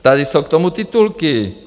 Tady jsou k tomu titulky.